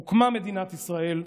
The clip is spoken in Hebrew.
הוקמה מדינת ישראל,